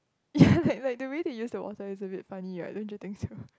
yeah like like the way they use the water was a bit funny right don't you think so